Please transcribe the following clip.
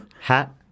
Hat